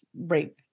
rape